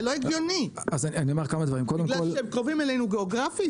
זה לא הגיוני, בגלל שהם קרובים אלינו גיאוגרפית?